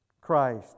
Christ